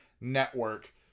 Network